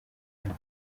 bantu